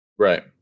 Right